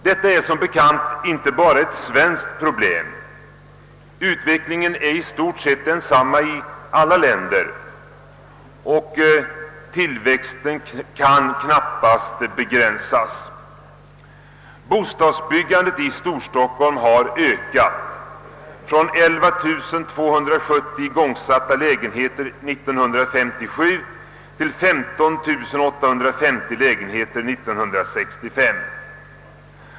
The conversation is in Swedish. Detta är som bekant inte bara ett svenskt problem. Utvecklingen är i stort sett densamma i alla länder, och tillväxten av storstadsregionerna kan knappast begränsas. Bostadsbyggandet i Storstockholm har ökat från 11270 igångsatta lägenheter 1957 till 15 850 igångsatta lägenheter 1965.